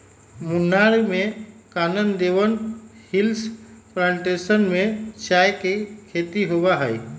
मुन्नार में Kanan Devan hills plantation में चाय के खेती होबा हई